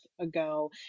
ago